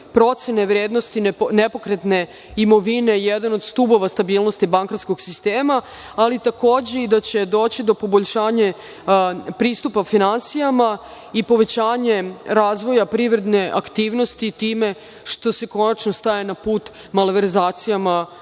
procene vrednosti nepokretne imovine jedan od stubova stabilnosti bankarskog sistema, ali takođe, i da će doći do poboljšanja pristupa finansijama i povećanja razvoja privredne aktivnosti, time što se konačno staje na put malverzacijama